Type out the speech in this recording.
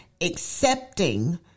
accepting